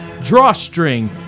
drawstring